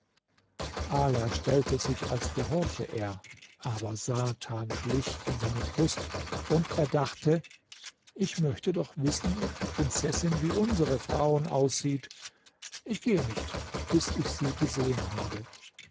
ala stellte sich als gehorche er aber satan schlich in seine brust und er dachte ich möchte doch wissen ob die prinzessin wie unsere frauen aussieht ich gehe nicht bis ich sie gesehen habe